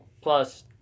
plus